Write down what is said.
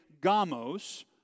gamos